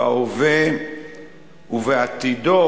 בהווה ובעתידו